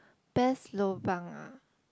best lobang ah